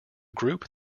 group